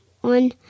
one